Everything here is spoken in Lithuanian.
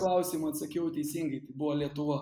klausimą atsakiau teisingai tai buvo lietuva